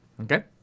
Okay